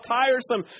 tiresome